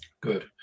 Good